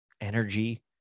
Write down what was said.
energy